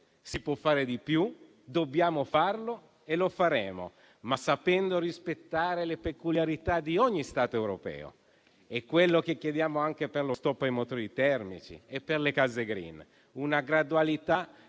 si può fare di più, dobbiamo farlo e lo faremo, ma sapendo rispettare le peculiarità di ogni Stato europeo. È quello che chiediamo anche per lo stop ai motori termici e per le case *green*: una gradualità